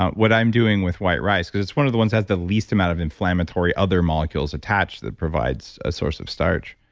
what i'm doing with white rice, because it's one of the ones that has the least amount of inflammatory other molecules attached that provides a source of starch,